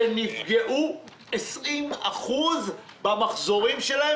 אלה שנפגעו בשיעור 20% במחזורים שלהם